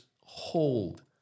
hold